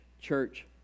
church